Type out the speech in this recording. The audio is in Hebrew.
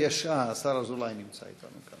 ישיב על שלוש ההצעות בנושאים המדיניים הקשורות לאו"ם,